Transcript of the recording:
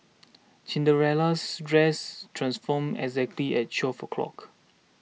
Cinderella's dress transformed exactly at twelve o'clock